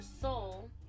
soul